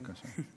בבקשה.